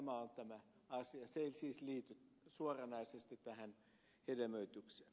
se ei siis liity suoranaisesti tähän hedelmöitykseen